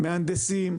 מהנדסים,